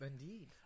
Indeed